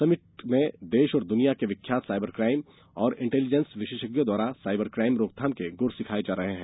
summit में देश और दुनिया के विख्यात सायबर क्राइम और इंटेलीजेंस विशेषज्ञो द्वारा सायबर क्राइम रोकथाम के गुर सिखाए जा रहे हैं